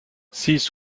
six